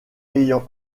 ayant